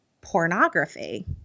pornography